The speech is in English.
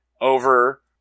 over